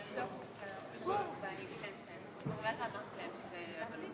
נא לקרוא את נוסח השאילתה.